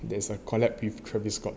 there is a collab with travis scott